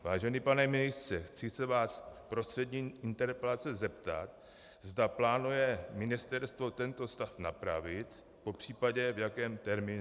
Vážený pane ministře, chci se vás prostřednictvím interpelace zeptat, zda plánuje ministerstvo tento stav napravit, popřípadě v jakém termínu.